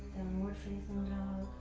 downward-facing dog